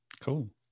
Cool